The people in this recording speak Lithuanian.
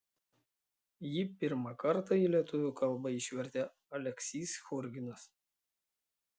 jį pirmą kartą į lietuvių kalbą išvertė aleksys churginas